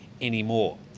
anymore